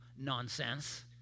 nonsense